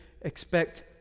expect